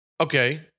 Okay